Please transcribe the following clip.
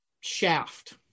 shaft